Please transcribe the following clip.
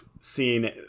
seen